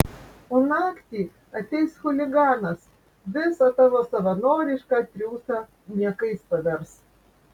o naktį ateis chuliganas visą tavo savanorišką triūsą niekais pavers